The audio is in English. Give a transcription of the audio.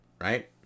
right